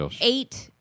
eight